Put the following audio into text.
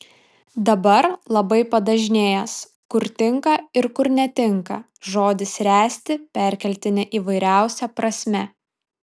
dabar labai padažnėjęs kur tinka ir kur netinka žodis ręsti perkeltine įvairiausia prasme